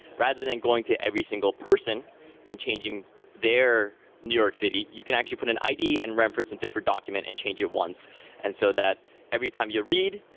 rather than than going to every single person and changing their new york city, you can actually put an id and reference different document and change it once and so that every time you read,